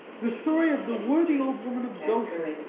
the story of the worthy old woman of goshen,